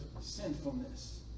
sinfulness